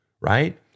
right